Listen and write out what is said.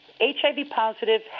HIV-positive